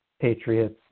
Patriots